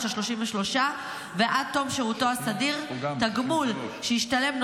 ה-33 ועד תום שירותו הסדיר התגמול שישתלם,